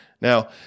Now